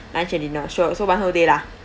lunch and dinner sure so one whole day lah